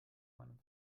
meinem